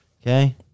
Okay